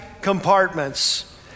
compartments